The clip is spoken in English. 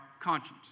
conscience